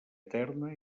eterna